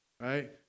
Right